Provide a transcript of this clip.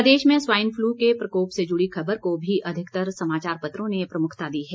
प्रदेश में swine flu के प्रकोप से जुड़ी खबर को भी अधिकतर समाचार पत्रों ने प्रमुखता दी है